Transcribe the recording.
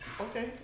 okay